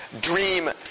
dream